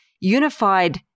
unified